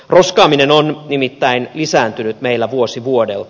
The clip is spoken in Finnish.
roskaaminen on nimittäin lisääntynyt meillä vuosi vuodelta